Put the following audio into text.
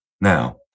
Now